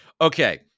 Okay